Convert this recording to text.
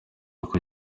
uko